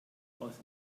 aus